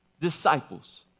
disciples